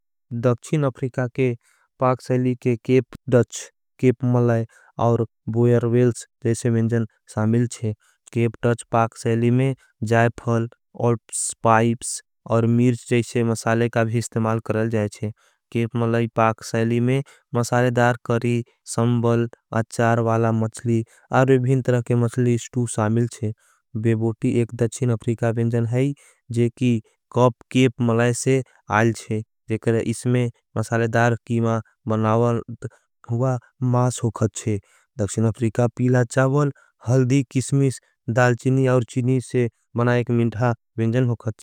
दक्षिन अफ्रिका के पाक सैली के केप डच। केप मलाई और बोयर वेल्स जैसे विन्जन सामिल छे। केप डच पाक सैली में जैफल, ओल्पस पाइब्स। और मीर्च जैसे मसाले का भी इस्तेमाल करल जाएचे। केप मलाई पाक सैली में मसाले दार करी, संबल। अचार वाला मचली और भी भीन तरह के मचली स्टू। सामिल छे बेबोटी एक दक्षिन अफ्रिका विन्जन है। जेकी कॉप केप मलाई से आल छे जेकर इसमें। मसाले दार कीमा बनावा हुआ मास हो खचे दक्षिन। अफ्रिका पीला चावल, हलदी, किसमिष दाल। चीनी और चीनी से बनाएक मिंधा विन्जन हो खचे।